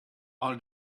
all